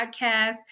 podcast